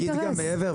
אני אגיד גם מעבר,